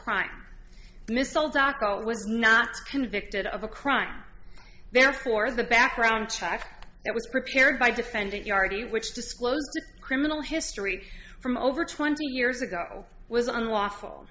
was not convicted of a crime therefore the background check that was prepared by defendant yardy which disclosed criminal history from over twenty years ago was unlawful